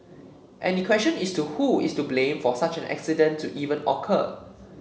and the question is to who is to blame for such an accident to even occur